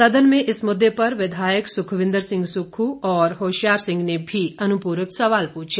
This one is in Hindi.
सदन में इस मुद्दे पर विधायक सुखविंदर सिंह सुक्खू और होशियार सिंह ने भी अनुपूरक सवाल पूछे